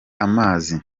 amazi